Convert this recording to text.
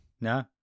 no